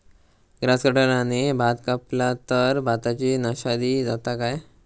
Grass कटराने भात कपला तर भाताची नाशादी जाता काय?